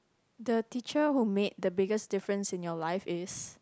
the teacher who made the biggest difference in your life is